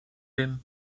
him